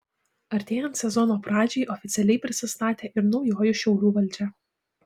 artėjant sezono pradžiai oficialiai prisistatė ir naujoji šiaulių valdžia